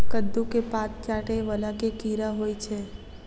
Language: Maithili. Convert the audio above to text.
कद्दू केँ पात चाटय वला केँ कीड़ा होइ छै?